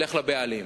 תלך לבעלים.